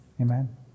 Amen